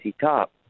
Top